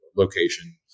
location